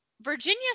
Virginia